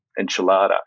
enchilada